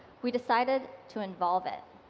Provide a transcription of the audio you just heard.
we decided to involve it.